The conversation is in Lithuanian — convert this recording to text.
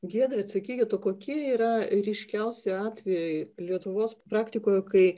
giedre atsakykit o kokie yra ryškiausi atvejai lietuvos praktikoje kai